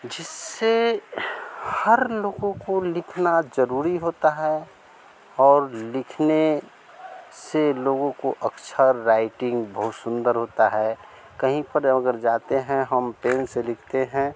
जिससे हर लोगों को लिखना ज़रूरी होता है और लिखने से लोगों को अक्षर राइटिंग बहुत सुन्दर होती है कहीं पर अगर जाते हैं हम पेन से लिखते हैं